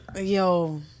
Yo